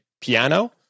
piano